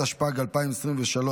התשפ"ג 2023,